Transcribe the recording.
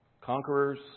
Conquerors